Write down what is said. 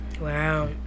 wow